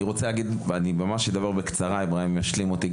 אני אדבר בקצרה ואיברהים ישלים אותי.